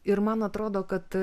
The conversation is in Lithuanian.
ir man atrodo kad